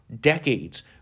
decades